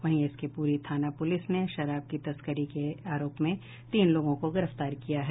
वहीं एस के पुरी थाना पुलिस ने शराब की तस्करी करने के आरोप में तीन लोगों को गिरफ्तार किया है